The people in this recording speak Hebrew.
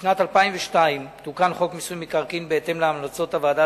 בשנת 2002 תוקן חוק מיסוי מקרקעין בהתאם להמלצות הוועדה